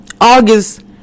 August